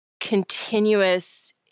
Continuous